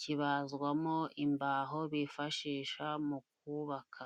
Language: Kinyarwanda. kibazwamo imbaho bifashisha mu kubaka.